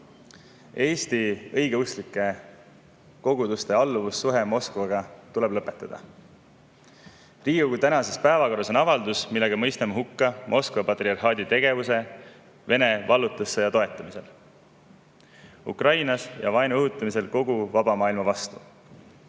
Eesti õigeusklike koguduste alluvussuhe Moskvaga tuleb lõpetada. Riigikogu tänases päevakorras on avaldus, millega mõistame hukka Moskva patriarhaadi tegevuse Vene vallutussõja toetamisel Ukrainas ja vaenu õhutamisel kogu vaba maailma vastu.